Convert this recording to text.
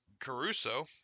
Caruso